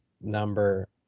number